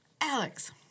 Alex